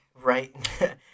Right